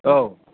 औ